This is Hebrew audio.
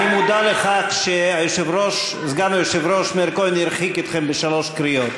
אני מודע לכך שסגן היושב-ראש מאיר כהן הרחיק אתכם בשלוש קריאות.